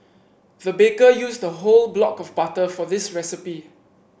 the baker used a whole block of butter for this recipe